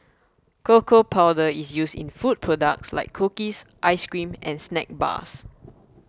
cocoa powder is used in food products like cookies ice cream and snack bars